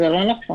זה לא נכון.